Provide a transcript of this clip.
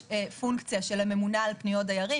יש פונקציה של הממונה על פניות דיירים,